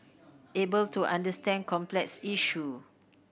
able to understand complex issue